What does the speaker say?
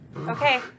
Okay